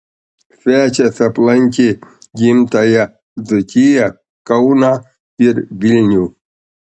svečias aplankė gimtąją dzūkiją kauną ir vilnių